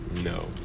No